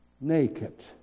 naked